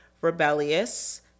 rebellious